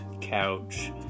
couch